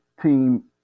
team